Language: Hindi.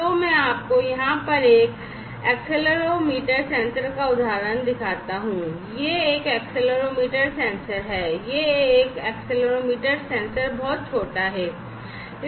तो मैं आपको यहाँ पर एक एक्सेलेरोमीटर सेंसर का उदाहरण दिखाता हूँ यह एक एक्सेलेरोमीटर सेंसर है यह एक एक्सेलेरोमीटर सेंसर है यह बहुत छोटा है